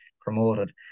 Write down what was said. promoted